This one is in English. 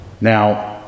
Now